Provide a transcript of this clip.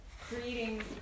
creating